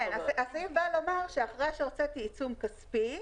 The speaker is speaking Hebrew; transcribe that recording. הסעיף אומר שאחרי שהוצאתי עיצום כספי,